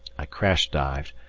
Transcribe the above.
i crash-dived,